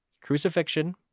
crucifixion